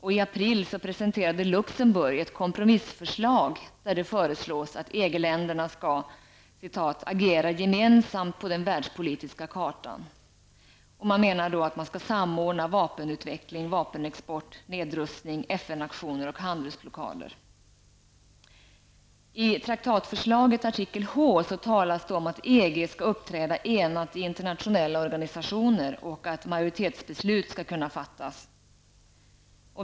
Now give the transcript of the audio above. I april presenterade Luxemburg ett kompromissförslag där det föreslås att EG länderna skall ''agera gemensamt på den världspolitiska kartan''. Man menar att man skall samordna vapenutveckling, vapenexport, nedrustning, FN-aktioner och handelsblockader. I traktatförslaget, artikel H, talas om att EG skall uppträda enat i internationella organisationer och att majoritetsbeslut skall kunna fattas.